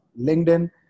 LinkedIn